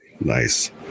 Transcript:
nice